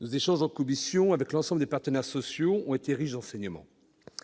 Nos échanges avec l'ensemble des partenaires sociaux, en commission, ont été riches d'enseignements.